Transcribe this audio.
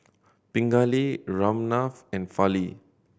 Pingali Ramnath and Fali